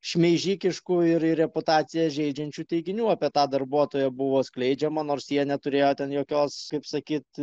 šmeižikiškų ir reputaciją įžeidžiančių teiginių apie tą darbuotoją buvo skleidžiama nors jie neturėjo ten jokios taip sakyti